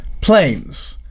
Planes